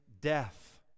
death